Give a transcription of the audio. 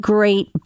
Great